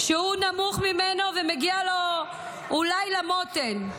שהוא נמוך ממנו ומגיע לו אולי למותן.